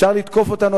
"אפשר לתקוף אותנו,